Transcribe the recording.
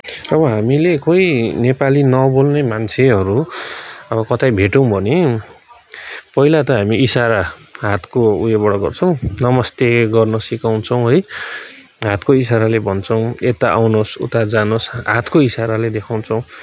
अब हामीले कोही नेपाली नबोल्ने मान्छेहरू अब कतै भेट्यौँ भने पहिला त हामी इसारा हातको उयोबाट गर्छौँ नमस्ते गर्न सिकाउँछौँ है हातको इसाराले भन्छौँ यता आउनुहोस् उता जानुहोस् हातको इसाराले देखाउँछौँ